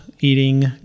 eating